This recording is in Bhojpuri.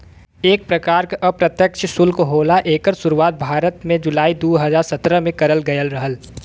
एक परकार के अप्रत्यछ सुल्क होला एकर सुरुवात भारत में जुलाई दू हज़ार सत्रह में करल गयल रहल